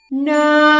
No